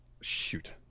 Shoot